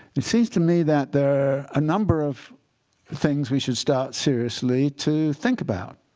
it seems to me that there are a number of things we should start seriously to think about.